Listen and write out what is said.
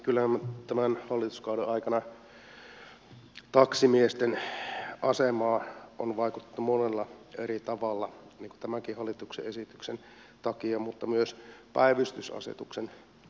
kyllä tämän hallituskauden aikana taksimiesten asemaan on vaikutettu monella eri tavalla tämänkin hallituksen esityksen takia mutta myös päivystysasetuksella